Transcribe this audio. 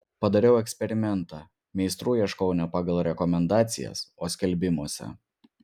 padariau eksperimentą meistrų ieškojau ne pagal rekomendacijas o skelbimuose